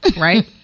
right